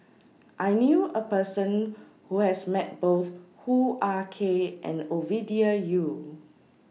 I knew A Person Who has Met Both Hoo Ah Kay and Ovidia Yu